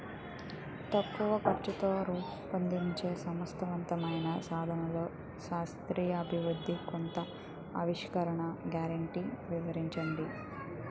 తక్కువ ఖర్చుతో రూపొందించే సమర్థవంతమైన సాధనాల్లో శాస్త్రీయ అభివృద్ధి కొత్త ఆవిష్కరణలు గ్యారంటీ వివరించండి?